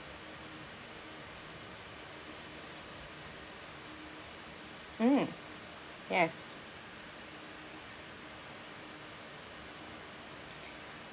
mm yes